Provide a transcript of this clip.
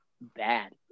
bad